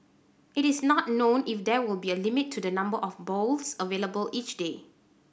it is not known if there will be a limit to the number of bowls available each day